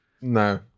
No